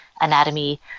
anatomy